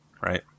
right